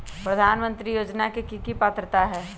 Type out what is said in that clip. प्रधानमंत्री योजना के की की पात्रता है?